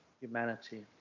humanity